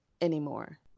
anymore